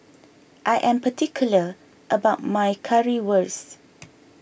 I am particular about my Currywurst